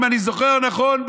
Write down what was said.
אם אני זוכר נכון,